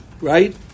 right